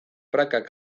prakak